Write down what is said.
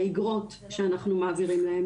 האיגרות שאנחנו מעבירים להם,